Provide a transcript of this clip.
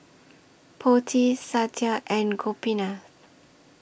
Potti Satya and Gopinath